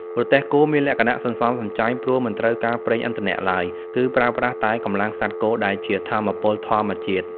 រទេះគោមានលក្ខណៈសន្សំសំចៃ ព្រោះមិនត្រូវការប្រេងឥន្ធនៈឡើយ គឺប្រើប្រាស់តែ កម្លាំងសត្វគោ ដែលជាថាមពលធម្មជាតិ ។